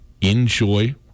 Enjoy